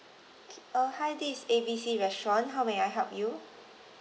K uh hi this is A B C restaurant how may I help you